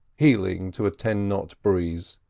heeling to a ten-knot breeze.